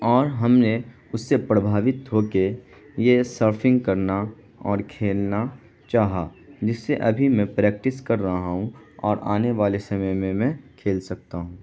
اور ہم نے اس سے پربھاوت ہو کے یہ سرفنگ کرنا اور کھیلنا چاہا جس سے ابھی میں پریکٹس کر رہا ہوں اور آنے والے سمے میں میں کھیل سکتا ہوں